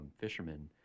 fishermen